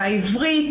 העברית